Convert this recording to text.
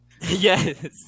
Yes